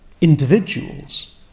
individuals